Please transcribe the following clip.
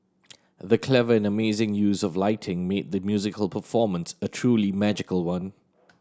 the clever and amazing use of lighting made the musical performance a truly magical one